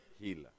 healer